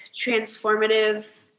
transformative